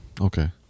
Okay